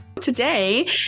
Today